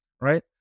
right